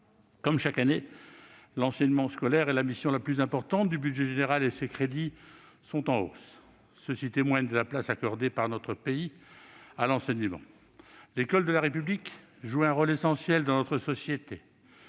Comme chaque année, l'enseignement scolaire est la mission la plus importante du budget général et ses crédits sont en hausse. Cela témoigne de la place accordée par notre pays à l'enseignement. L'école de la République joue un rôle essentiel dans notre société,